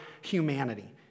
humanity